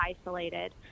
isolated